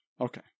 Okay